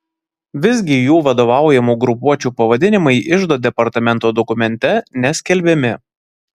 visgi jų vadovaujamų grupuočių pavadinimai iždo departamento dokumente neskelbiami